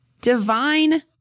divine